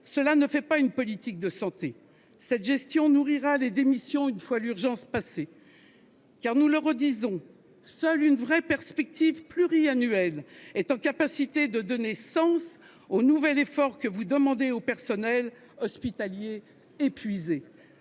cela ne fait pas une politique de santé. Cette gestion nourrira les démissions, une fois l'urgence passée. Nous le réaffirmons, seule une vraie perspective pluriannuelle peut donner du sens au nouvel effort que vous demandez au personnel hospitalier épuisé.